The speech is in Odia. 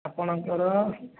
ଆପଣଙ୍କର